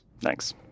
Thanks